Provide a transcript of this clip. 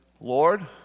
Lord